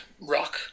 Rock